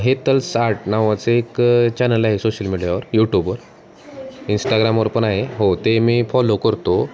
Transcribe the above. Hetal's art नावाचं एकं channel आहे सोशल मीडियावर यूट्यूबवर इंस्टाग्रामवर पण आहे हो ते मी फॉलो करतो